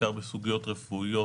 בעיקר בסוגיות רפואיות,